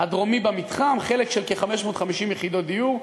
הדרומי במתחם, חלק של כ-550 יחידות דיור.